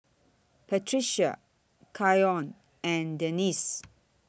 Patrica Keion and Denisse